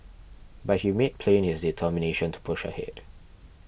but he made plain his determination to push ahead